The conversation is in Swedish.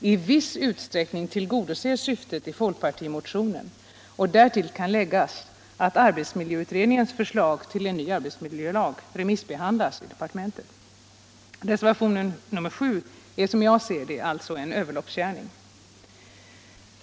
i viss utsträckning tillgodoser syftet i folkpartimotionen. Och därtill kan läggas att arbetsmiljöutredningens förslag till en ny arbetsmiljölag remissbehandlas i departementet. Som jag ser det är reservationen 7 en överloppsgärning.